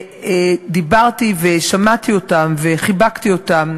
דיברתי ושמעתי אותם וחיבקתי אותם,